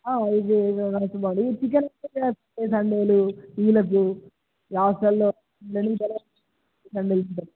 ఇవి చికెన్ సండేలు వీళ్లకు హాస్టల్లో మీల్స్ సండే తింటారు